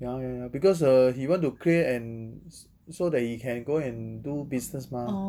ya ya ya because uh he want to clear and s~ so that he can go and do business mah